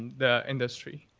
the industry.